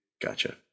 Gotcha